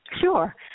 Sure